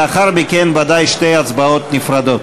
לאחר מכן, ודאי שתי הצבעות נפרדות.